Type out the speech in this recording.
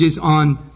on